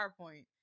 PowerPoint